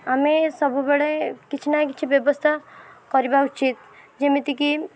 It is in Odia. ଆମେ ସବୁବେଳେ କିଛି ନା କିଛି ବ୍ୟବସ୍ଥା କରିବା ଉଚିତ୍ ଯେମିତିକି